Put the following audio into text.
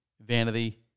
Vanity